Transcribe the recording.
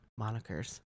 monikers